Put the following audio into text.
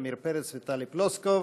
עמיר פרץ וטלי פלוסקוב.